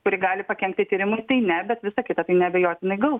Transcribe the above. kuri gali pakenkti tyrimui tai ne bet visa kita tai neabejotinai gaus